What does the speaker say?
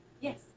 Yes